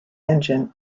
engine